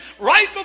Right